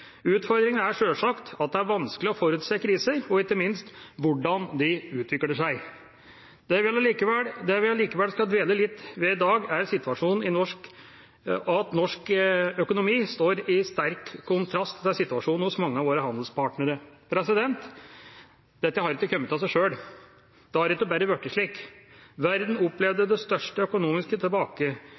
er sjølsagt at det er vanskelig å forutse kriser og ikke minst hvordan de utvikler seg. Det vi allikevel skal dvele litt ved i dag, er at situasjonen i norsk økonomi står i sterk kontrast til situasjonen hos mange av våre handelspartnere. Dette har ikke kommet av seg selv. Det har ikke bare blitt slik. Verden opplevde det største økonomiske